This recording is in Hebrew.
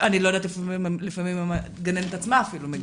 לפעמים אני לא יודעת אם הגננת עצמה מגיעה.